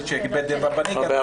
עד כמה שאני יודע,